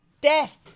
Death